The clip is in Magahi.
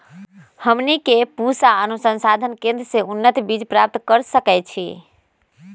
हमनी के पूसा अनुसंधान केंद्र से उन्नत बीज प्राप्त कर सकैछे?